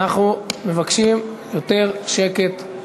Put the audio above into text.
אנחנו מבקשים יותר שקט,